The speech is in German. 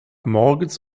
morgens